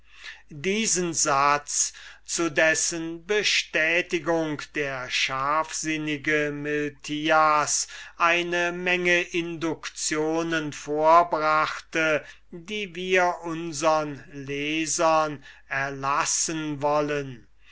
diesen satz zu dessen bestätigung der scharfsinnige miltias eine menge inductionen vorbrachte die wir unsern lesern erlassen wollen